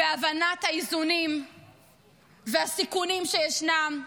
בהבנת האיזונים והסיכונים שישנם,